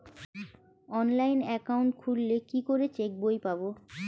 Online account খুললে কি করে চেক বই পাব?